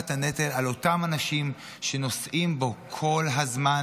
את הנטל על אותם אנשים שנושאים בו כל הזמן,